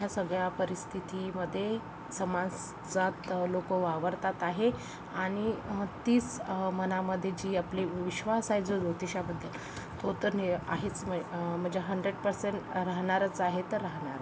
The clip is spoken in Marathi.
ह्या सगळ्या परिस्थितीमध्ये समाजात लोक वावरतात आहे आणि तिस मनामध्ये जी आपली विश्वास आहे जो जोतिषाबद्दल तो तर नि आहेच मये म्हणजे हंड्रेड पर्सेंट राहणारच आहे तर राहणारच